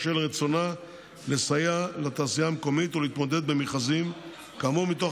בשל רצונה לסייע לתעשייה המקומית להתמודד במכרזים כאמור מתוך